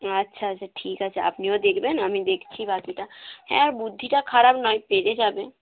আচ্ছা আচ্ছা ঠিক আছে আপনিও দেখবেন আমি দেখছি বাকিটা হ্যাঁ বুদ্ধিটা খারাপ নয় পেরে যাবে